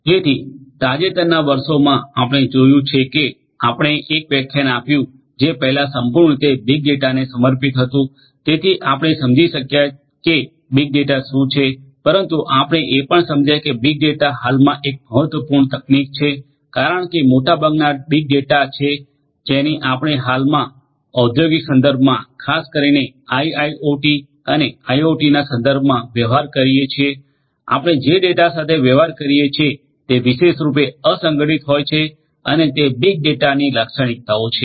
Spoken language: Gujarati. તેથી તાજેતરનાં વર્ષોમાં આપણે જોયું છે કે આપણે એક વ્યાખ્યાન આપ્યું જે પહેલાં સંપૂર્ણ રીતે બીગ ડેટાને સમર્પિત હતું તેથી આપણે સમજી શક્યા કે બીગ ડેટા શું છે પરંતુ આપણે એ પણ સમજ્યા કે બીગ ડેટા હાલમાં એક મહત્વપૂર્ણ તકનીક છે કારણ કે મોટાભાગના ડેટા બીગ ડેટા છે કે જેની સાથે આપણે હાલમાં ઓદ્યોગિક સંદર્ભમાં ખાસ કરીને આઇઆઇઓટી અને આઇઓટી સંદર્ભમાં વ્યવહાર કરીએ છીએ આપણે જે ડેટા સાથે વ્યવહાર કરીએ છીએ તે વિશેષરૂપે અસંગઠિત હોય છે અને તે બીગ ડેટા ની લાક્ષણિકતાઓ છે